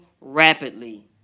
rapidly